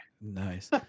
Nice